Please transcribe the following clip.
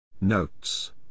Notes